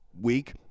week